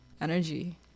energy